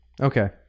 Okay